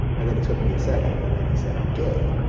and then it took me a second, and then he said, i'm gay.